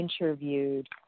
interviewed